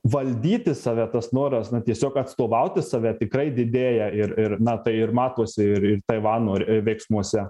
valdyti save tas noras na tiesiog atstovauti save tikrai didėja ir ir na tai ir matosi ir ir taivano ir veiksmuose